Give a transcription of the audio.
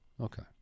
okay